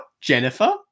Jennifer